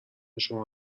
شما